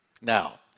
Now